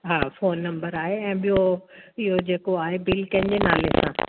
हा phone number आहे ऐं ॿियो इहो जेको आहे बिल कंहिंजे नाले ते कयां